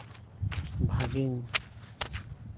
ᱵᱷᱟᱹᱜᱤᱧ